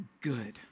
good